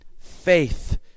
Faith